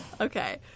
Okay